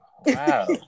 Wow